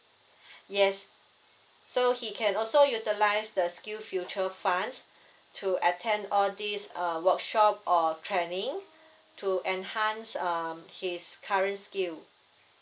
yes so he can also utilise the skill future funds to attend all these err workshop or training to enhance um his current skill